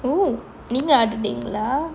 oo நீங்க ஆடுனீங்களா:neenga aaduneengala